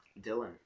Dylan